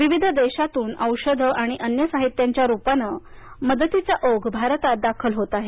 विविध देशांतून औषधं आणि अन्य साहित्यांच्या रुपानं मदतीचा ओघ भारतात दाखल होत आहे